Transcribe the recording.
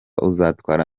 uzatwara